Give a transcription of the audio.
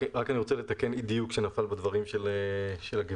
אני רק רוצה לתקן אי דיוק שנפל בדברים של הגברת.